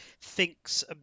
thinks